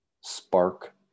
spark